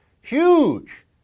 huge